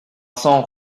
cents